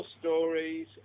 stories